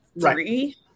three